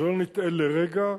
ושלא נטעה לרגע,